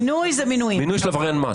מינוי של עבריין מס.